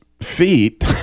feet